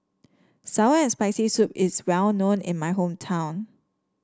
sour and Spicy Soup is well known in my hometown